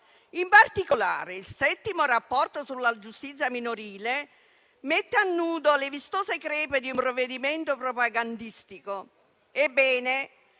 In particolare, il settimo rapporto sulla giustizia minorile mette a nudo le vistose crepe di un provvedimento propagandistico.